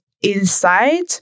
inside